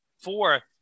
Four